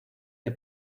que